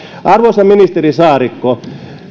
arvoisa ministeri saarikko